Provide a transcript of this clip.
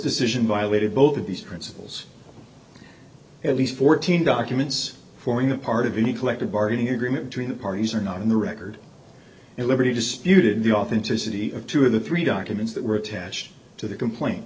decision violated both of these principles at least fourteen documents forming a part of the collective bargaining agreement between the parties are not in the record at liberty disputed the authenticity of two of the three documents that were attached to the complain